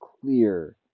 clear